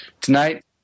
tonight